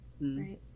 Right